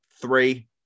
three